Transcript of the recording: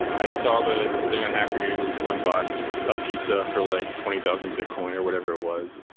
i saw the the thing on hacker news when someone bought a pizza for like twenty thousand bitcoin or whatever it was.